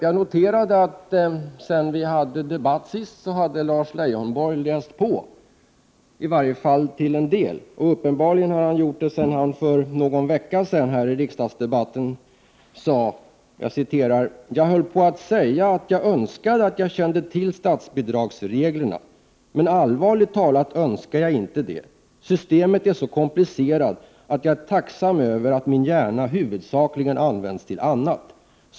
Jag noterade att Lars Leijonborg har läst på sedan vi senast debatterade denna fråga, i varje fall till en del, och uppenbarligen har han gjort det sedan han för någon vecka sedan här i riksdagsdebatten sade: ”Jag höll på att säga att jag önskade att jag kände till statsbidragsreglerna ——-- men allvarligt talat önskar jag inte det. Systemet är så komplicerat att jag är tacksam över att min hjärna huvudsakligen används till annat.